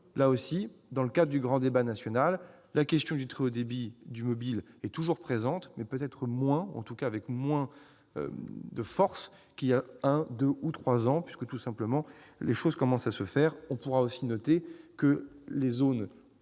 Dans le cadre du grand débat national, la question du très haut débit est toujours présente, mais peut-être avec moins de force qu'il y a un, deux ou trois ans, puisque, tout simplement, les choses commencent à se faire. On pourra aussi noter que les zones